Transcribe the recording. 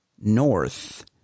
North